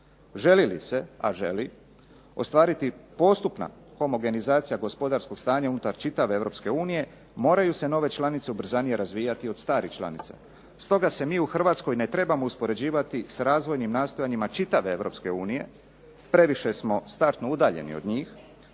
Želi li se, a želi, ostvariti postupna homogenizacija gospodarskog stanja unutar čitave Europske unije moraju se nove članice ubrzanije razvijati od starih članica. Stoga se mi u Hrvatskoj ne trebamo uspoređivati s razvojnim nastojanjima čitave Europske unije. Previše smo startno udaljeni od njih.